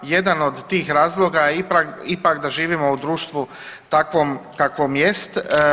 Jedan od tih razloga je ipak da živimo u društvu takvom kakvom jest.